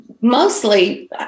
mostly